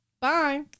Bye